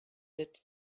its